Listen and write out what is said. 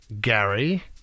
Gary